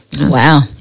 Wow